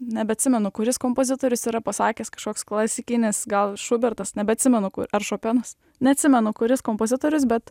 nebeatsimenu kuris kompozitorius yra pasakęs kažkoks klasikinis gal šubertas nebeatsimenu ar šopenas neatsimenu kuris kompozitorius bet